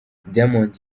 diamond